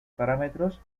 parámetros